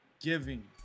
giving